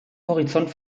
horizont